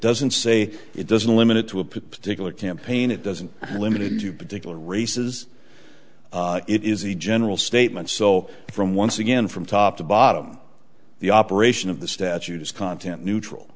doesn't say it doesn't limit it to a particular campaign it doesn't limited to particular races it is a general statement so from once again from top to bottom the operation of the statute is content neutral